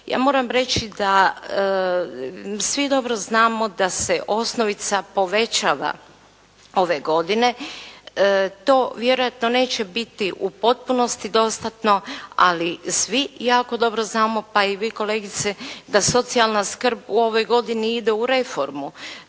Ja moram reći da svi dobro znamo da se osnovica povećava ove godine. To vjerojatno neće biti u potpunosti dostatno, ali svi jako dobro znamo, pa i vi kolegice, da socijalna skrb u ovoj godini ide u reformu.